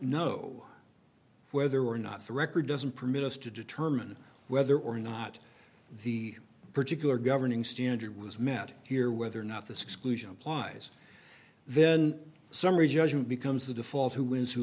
know whether or not the record doesn't permit us to determine whether or not the particular governing standard was met here whether or not this exclusion applies then summary judgment becomes the default who wins who